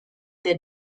their